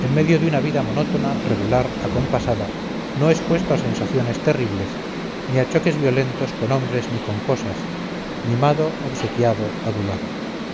en medio de una vida monótona regular acompasada no expuesto a sensaciones terribles ni a choques violentos con hombres ni con cosas mimado obsequiado adulado